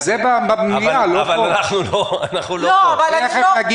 אבל אנחנו לא שם.